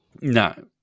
No